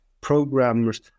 programmers